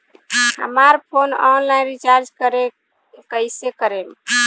हमार phone online recharge कईसे करेम?